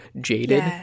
jaded